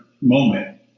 moment